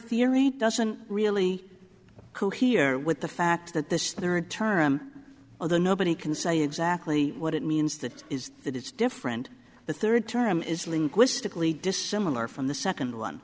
theory doesn't really cohere with the fact that this third term of the nobody can say exactly what it means that is that it's different the third term is linguistically dissimilar from the second one